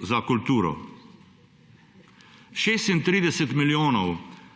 za kulturo. 36 milijonov